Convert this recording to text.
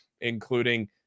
including